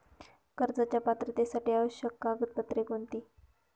कर्जाच्या पात्रतेसाठी आवश्यक कागदपत्रे कोणती?